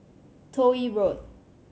Toh Yi Road